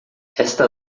esta